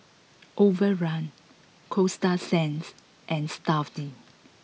Overrun Coasta Sands and Stuff'd